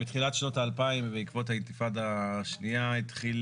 בתחילת שנות האלפיים ובעקבות האינתיפאדה השנייה התחילו